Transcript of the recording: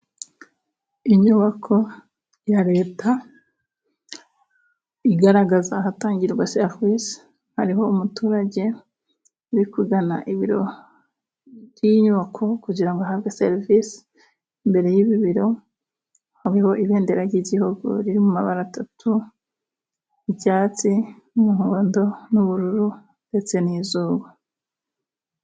Inyubako ya Leta igaragaza ahatangirwa serivisi. Hariho umuturage uri kugana ibiro by'inyubako kugira ngo ahabwe serivisi. Imbere y'ibi biro hariho ibendera ry'Igihugu riri mu mabara atatu. Icyatsi n'umuhondo, n'ubururu ndetse n'izuba.